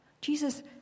Jesus